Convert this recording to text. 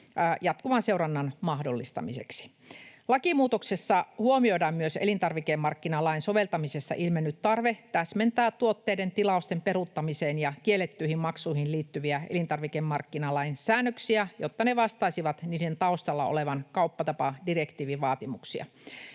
jatkuvan seurannan mahdollistamiseksi. Lakimuutoksessa huomioidaan myös elintarvikemarkkinalain soveltamisessa ilmennyt tarve täsmentää tuotteiden tilausten peruuttamiseen ja kiellettyihin maksuihin liittyviä elintarvikemarkkinalain säännöksiä, jotta ne vastaisivat niiden taustalla olevan kauppatapadirektiivin vaatimuksia.